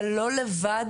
אתה לא לבד,